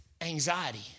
anxiety